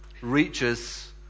reaches